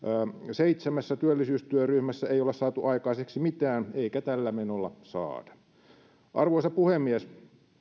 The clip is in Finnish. seitsemässä työllisyystyöryhmässä ei olla saatu aikaiseksi mitään eikä tällä menolla saada arvoisa puhemies